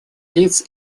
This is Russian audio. лиц